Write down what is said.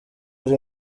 ari